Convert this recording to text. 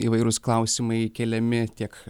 įvairūs klausimai keliami tiek